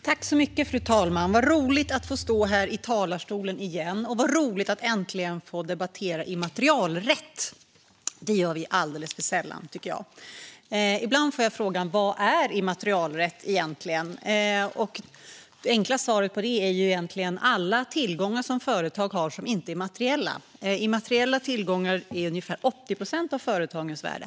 Fru talman! Vad roligt att få stå här i talarstolen igen, och vad roligt att äntligen få debattera immaterialrätt! Det gör vi alldeles för sällan, tycker jag. Ibland får jag frågan: Vad är immaterialrätt egentligen? Det enkla svaret på det är egentligen: Alla tillgångar som företag har som inte är materiella. Immateriella tillgångar utgör ungefär 80 procent av företagens värde.